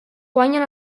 guanyen